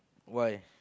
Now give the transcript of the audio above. why